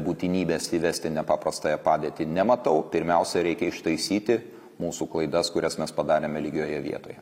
būtinybės įvesti nepaprastąją padėtį nematau pirmiausia reikia ištaisyti mūsų klaidas kurias mes padarėme lygioje vietoje